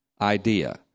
idea